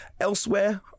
Elsewhere